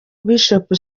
bishop